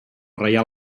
reial